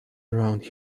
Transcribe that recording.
around